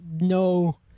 no